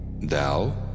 thou